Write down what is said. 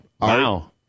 Wow